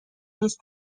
نیست